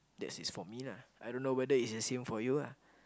that is for me lah I don't know whether it's the same for you lah